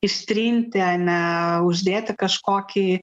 ištrinti ane uždėti kažkokį